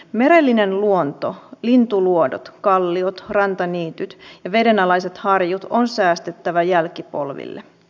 merellinen luonto lintuluodot kalliot rantaniityt ja vedenalaiset harjut on säästettävä jälkipolville